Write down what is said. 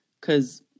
Cause